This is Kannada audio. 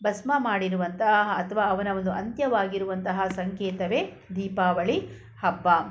ಭಸ್ಮ ಮಾಡಿರುವಂತಹ ಅಥವಾ ಅವನ ಒಂದು ಅಂತ್ಯವಾಗಿರುವಂತಹ ಸಂಕೇತವೇ ದೀಪಾವಳಿ ಹಬ್ಬ